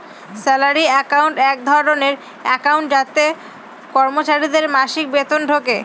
salary account এক ধরনের account যাতে কর্মচারীদের মাসিক বেতন ঢোকে